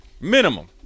Minimum